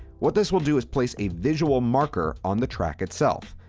what this will do is place a visual marker on the track itself.